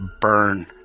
burn